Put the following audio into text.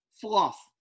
fluff